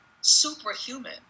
superhuman